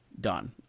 done